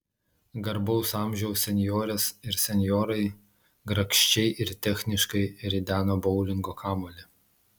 garbaus amžiaus senjorės ir senjorai grakščiai ir techniškai rideno boulingo kamuolį